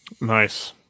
nice